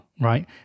Right